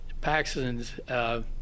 Paxson's